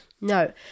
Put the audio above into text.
No